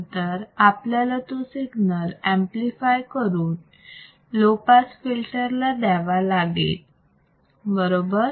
नंतर आपल्याला तो सिग्नल ऍम्प्लिफाय करून लो पास फिल्टर ला द्यावा लागेल बरोबर